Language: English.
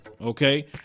okay